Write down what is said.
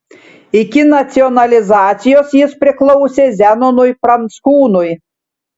iki nacionalizacijos jis priklausė zenonui pranckūnui